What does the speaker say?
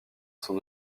son